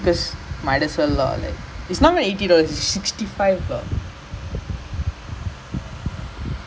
ya ya per what per hour ah